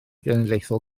genedlaethol